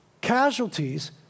casualties